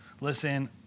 listen